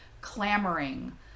clamoring